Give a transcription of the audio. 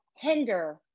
hinder